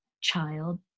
child